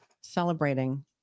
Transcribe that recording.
celebrating